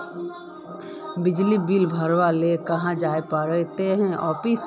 बिजली बिल भरे ले कहाँ जाय पड़ते ऑफिस?